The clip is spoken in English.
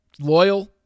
loyal